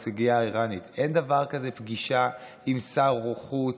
אין דבר כזה פגישה עם שר חוץ,